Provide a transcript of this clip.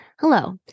Hello